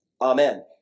Amen